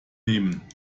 nehmen